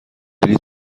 بلیط